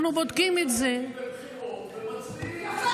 הולכים לקלפי בבחירות, ומצביעים, יפה.